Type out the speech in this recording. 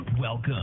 Welcome